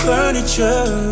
furniture